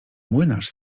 młynarz